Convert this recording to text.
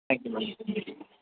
thank you madam